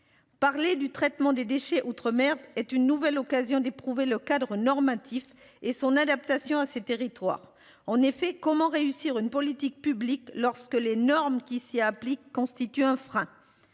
Parler du traitement des déchets outre-mer est une nouvelle occasion d'éprouver le cadre normatif et son adaptation à ces territoires en effet comment réussir une politique publique, lorsque les normes qui s'y appliquent constitue un frein.